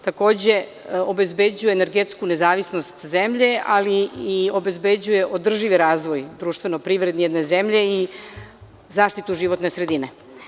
Takođe, obezbeđuje energetsku nezavisnost zemlje, ali i obezbeđuje održiv razvoj društva i privrede jedne zemlje i zaštitu životne sredine.